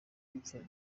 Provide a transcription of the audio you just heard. urupfu